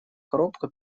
коробка